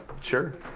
sure